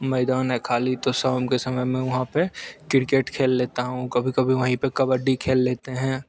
मैदान है ख़ाली तो शाम के समय मैं वहाँ पर क्रिकेट खेल लेता हूँ कभी कभी वहीं पर कब्बडी खेल लेते हैं